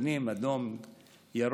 לחצנים בצבעים אדום וירוק,